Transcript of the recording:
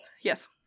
Yes